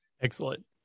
excellent